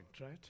right